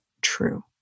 true